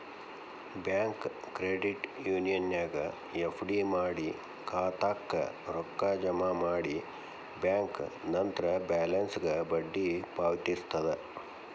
bank credit ಯೂನಿಯನ್ನ್ಯಾಗ್ FD ಮಾಡಿ ಖಾತಾಕ್ಕ ರೊಕ್ಕ ಜಮಾ ಮಾಡಿ ಬ್ಯಾಂಕ್ ನಂತ್ರ ಬ್ಯಾಲೆನ್ಸ್ಗ ಬಡ್ಡಿ ಪಾವತಿಸ್ತದ